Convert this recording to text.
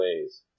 ways